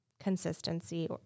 consistency